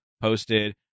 posted